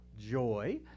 joy